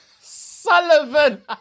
Sullivan